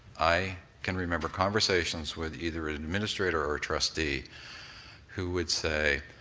i can remember conversations with either administrator or trustee who would say,